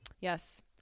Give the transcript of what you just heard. Yes